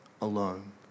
alone